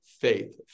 Faith